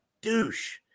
douche